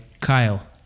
Kyle